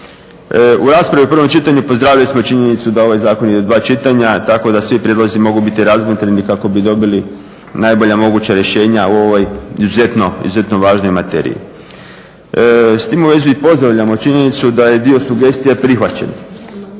U raspravi u prvom čitanju pozdravili smo činjenicu da ovaj zakon ide u dva čitanja tako da svi prijedlozi mogu biti razmotreni kako bi dobili najbolja moguća rješenja u ovoj izuzetno važnoj materiji. S tim u vezi pozdravljamo činjenicu da je dio sugestija prihvaćen.